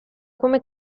come